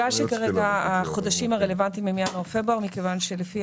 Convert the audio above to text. החודשים הרלוונטיים הם ינואר-פברואר מכיוון שלפי